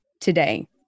today